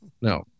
No